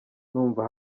numva